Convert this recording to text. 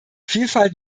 vielfalt